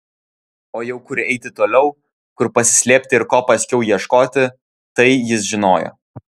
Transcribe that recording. o jau kur eiti toliau kur pasislėpti ir ko paskiau ieškoti tai jis žinojo